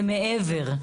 זה מעבר,